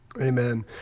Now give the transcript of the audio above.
Amen